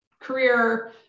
career